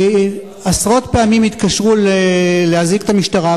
עשרות פעמים התקשרו להזעיק את המשטרה,